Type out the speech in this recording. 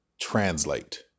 translate